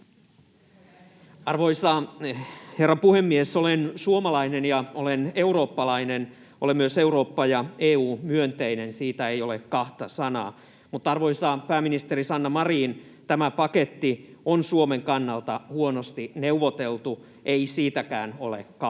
Arvoisa herra puhemies! Olen suomalainen ja olen eurooppalainen, olen myös Eurooppa- ja EU-myönteinen — siitä ei ole kahta sanaa. Mutta arvoisa pääministeri Sanna Marin, tämä paketti on Suomen kannalta huonosti neuvoteltu — ei siitäkään ole kahta